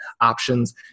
options